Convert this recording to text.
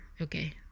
okay